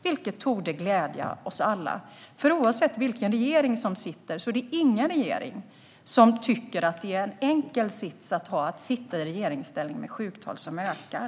Det torde glädja oss alla, för oavsett vilken regering som sitter är det ingen regering som tycker att det är en enkel sits att sitta i regeringsställning med sjuktal som ökar.